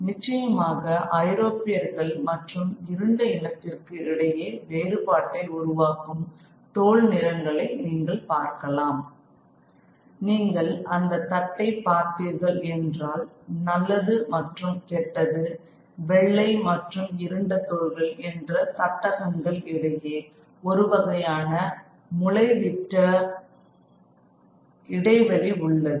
நிச்சயமாக ஐரோப்பியர்கள் மற்றும் இருண்ட இனத்திற்கு இடையே வேறுபாட்டை உருவாக்கும் தோல் நிறங்களை நீங்கள் பார்க்கலாம் நீங்கள் அந்தத் தட்டை பார்த்தீர்கள் என்றால் நல்லது மற்றும் கெட்டது வெள்ளை மற்றும் இருண்ட தோல்கள் என்ற சட்டகங்கள் இடையே ஒரு வகையான மூளைவிட்ட இடைவெளி உள்ளது